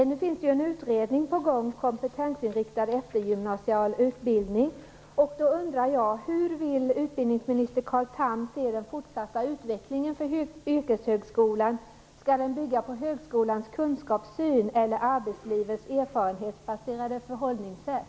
Det pågår nu en utredning om kompetensinriktad eftergymnasial utbildning. Jag undrar hur utbildningsminister Carl Tham ser på den fortsatta utvecklingen för yrkeshögskolan. Skall den bygga på högskolans kunskapssyn eller på arbetslivets erfarenhetsbaserade förhållningssätt?